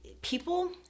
people